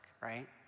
right